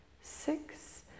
six